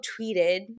tweeted